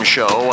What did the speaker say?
Show